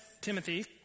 Timothy